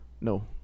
no